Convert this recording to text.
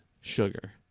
sugar